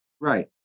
Right